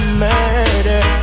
murder